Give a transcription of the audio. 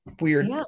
weird